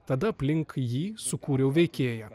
tada aplink jį sukūriau veikėją